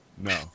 No